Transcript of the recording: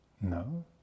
No